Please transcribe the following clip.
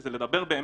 זה לדבר על